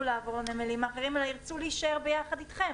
לעבור לנמלים האחרים אלא ירצו להישאר אצלכם.